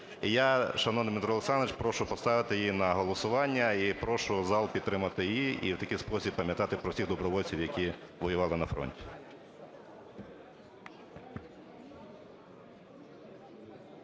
я, шановний Дмитро Олександрович, прошу поставити її на голосування і прошу зал підтримати її, і в такий спосіб пам'ятати про всіх добровольців, які воювали на фронті.